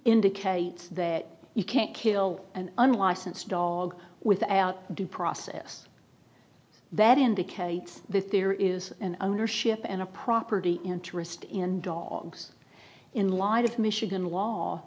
indicates that you can't kill an unlicensed dog with the out due process that indicates that there is an ownership and a property interest in dogs in light of michigan law